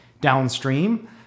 downstream